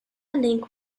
link